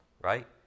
right